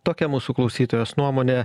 tokia mūsų klausytojos nuomonė